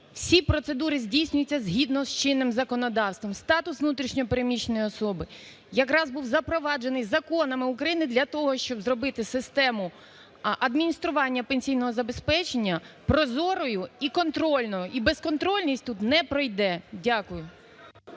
Всі процедури здійснюються згідно з чинним законодавством. Статус внутрішньо переміщеної особи якраз був запроваджений законами України для того, щоб зробити систему адміністрування пенсійного забезпечення прозорою і контрольною і безконтрольність тут не пройде. Дякую.